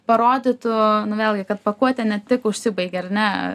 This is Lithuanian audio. parodytų nu vėlgi kad pakuotė ne tik užsibaigia ar ne